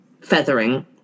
feathering